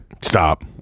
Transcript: Stop